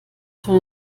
schon